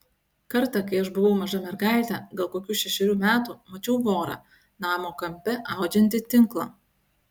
kartą kai aš buvau maža mergaitė gal kokių šešerių metų mačiau vorą namo kampe audžiantį tinklą